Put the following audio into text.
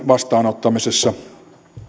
vastaanottamisessa